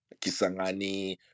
Kisangani